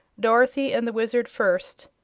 dorothy and the wizard first,